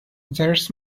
there’s